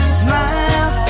smile